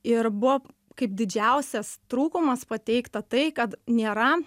ir buvo kaip didžiausias trūkumas pateikta tai kad nėra